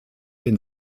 den